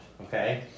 Okay